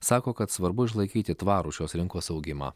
sako kad svarbu išlaikyti tvarų šios rinkos augimą